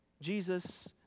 Jesus